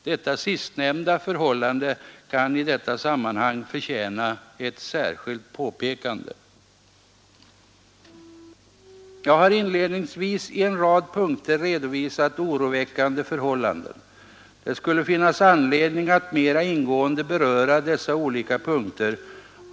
Detta sistnämnda förhållande kan i detta sammanhang förtjäna ett särskilt påpekande. Jag har inledningsvis i én rad punkter redovisat oroväckande förhållanden. Det skulle finnas anledning att mera ingående beröra dessa olika Punkter.